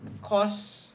cause